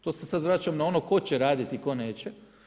To se sad vraćam na ono tko će raditi, tko neće.